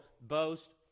boast